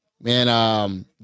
man